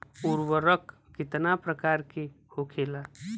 उर्वरक कितना प्रकार के होखेला?